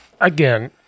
again